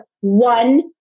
one